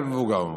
אבל מבוגר ממך.